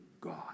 God